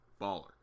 Baller